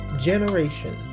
generation